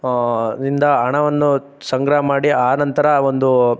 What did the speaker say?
ಇಂದ ಹಣವನ್ನು ಸಂಗ್ರಹ ಮಾಡಿ ಆನಂತರ ಒಂದು